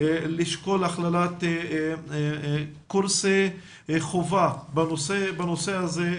לשקול הכללת קורסי חובה בנושא הזה,